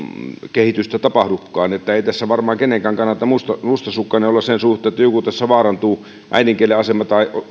kehitystä tapahdukaan että ei tässä varmaan kenenkään kannata mustasukkainen olla sen suhteen vaarantuu että äidinkielen asema tai